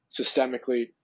systemically